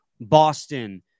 Boston